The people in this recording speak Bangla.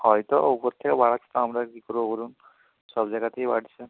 হয়তো উপর থেকে বাড়াচ্ছে তো আমরা আর কি করবো বলুন সব জায়গাতেই বাড়ছে